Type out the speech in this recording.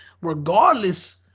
regardless